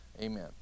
Amen